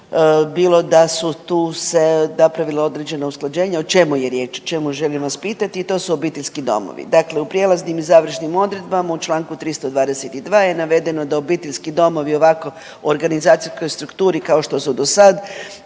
bilo da su tu se napravila određena usklađenja. O čemu je riječ, o čemu želim vas pitati? To su obiteljski domovi. Dakle, u prijelaznim i završnim odredbama u čl. 322. je navedeno da obiteljski domovi u ovakvoj organizacijskoj strukturi kao što su do sad